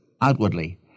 outwardly